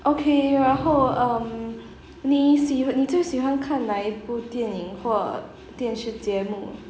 okay 然后 um 你喜你最喜欢看哪一部电影或电视节目